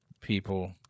people